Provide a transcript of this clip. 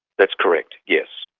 that's correct, yes.